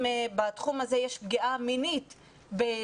בתחום הזה יש גם פגיעה מינית בנשים,